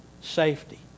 safety